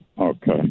Okay